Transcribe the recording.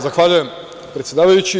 Zahvaljujem predsedavajući.